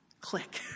Click